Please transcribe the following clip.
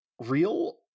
real